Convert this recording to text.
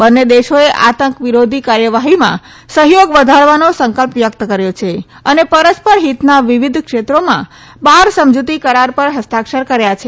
બંને દેશોએ આતંક વિરોધી કાર્યવાહીમાં સહયોગ વધારવાનો સંકલ્પ વ્યક્ત કર્યો છે અને પરસ્પર હિતના વિવિધ ક્ષેત્રોમાં બાર સમજૂતી કરાર પર હસ્તાક્ષર કર્યા છે